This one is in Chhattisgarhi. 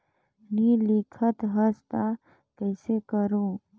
नी लिखत हस ता कइसे करू?